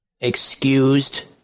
excused